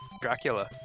Dracula